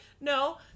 No